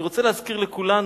אני רוצה להזכיר לכולנו